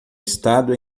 estado